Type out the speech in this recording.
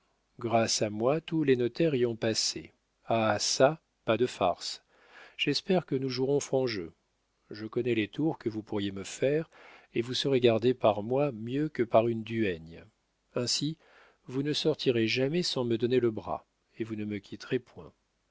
grâce à moi tous les notaires y ont passé ah çà pas de farces j'espère que nous jouerons franc jeu je connais les tours que vous pourriez me faire et vous serez gardée par moi mieux que par une duègne ainsi vous ne sortirez jamais sans me donner le bras et vous ne me quitterez point